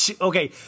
Okay